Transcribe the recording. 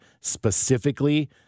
specifically